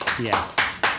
Yes